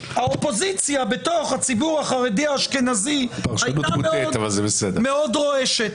האופוזיציה בתוך הציבור החרדי אשכנזי הייתה מאוד רועשת.